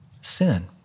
Sin